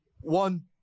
one